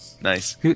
Nice